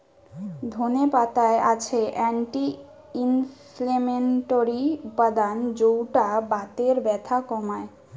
ধনে পাতায় আছে অ্যান্টি ইনফ্লেমেটরি উপাদান যৌটা বাতের ব্যথা কমায়